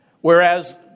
Whereas